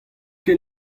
ket